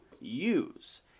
use